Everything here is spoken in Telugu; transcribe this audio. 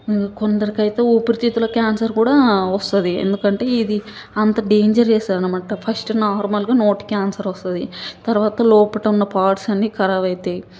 కొందరికయితే ఊపిరితిత్తుల క్యాన్సర్ కూడా వస్తుంది ఎందుకంటే ఇది అంత డేంజర్ చేస్తుందన్నమాట ఫస్టు నార్మల్గా నోటి కాన్సర్ వస్తుంది తర్వాత లోపటున్న పార్ట్స్ అన్ని ఖరాబయితాయి